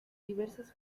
diversas